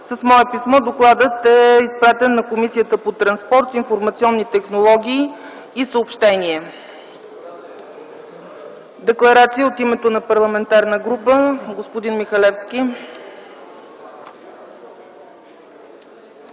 С мое писмо докладът е изпратен на Комисията по транспорт, информационни технологии и съобщения. Декларация от името на парламентарна група – господин Михалевски.